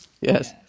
yes